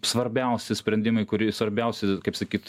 svarbiausi sprendimai kurį svarbiausi kaip sakyt